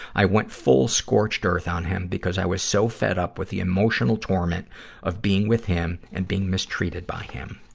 i went full scorched earth with ah him, because i was so fed up with the emotional torment of being with him and being mistreated by him.